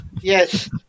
Yes